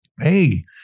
Hey